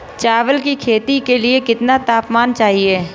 चावल की खेती के लिए कितना तापमान चाहिए?